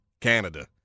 Canada